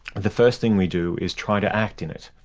the first thing we do is try to act in it.